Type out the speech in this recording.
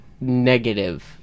negative